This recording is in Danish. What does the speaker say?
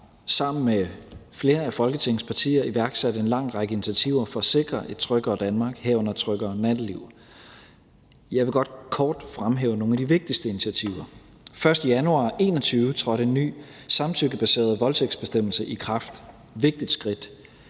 sammen med flere af Folketingets partier iværksat en lang række initiativer for at sikre et tryggere Danmark, herunder et tryggere natteliv. Jeg vil godt kort fremhæve nogle af de vigtigste initiativer. Den 1. januar 2021 trådte en ny samtykkebaseret voldtægtsbestemmelse i kraft, et vigtigt skridt,